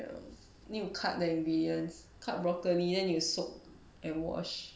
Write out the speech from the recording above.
ya need to cut the ingredients cut broccoli then you soak and wash